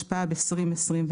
התשפ"ב 2021,